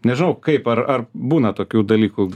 nežinau kaip ar ar būna tokių dalykų